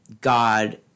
God